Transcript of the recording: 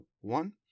one